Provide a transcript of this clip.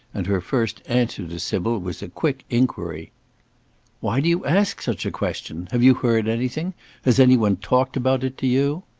and her first answer to sybil was a quick inquiry why do you ask such a question? have you heard anything has anyone talked about it to you?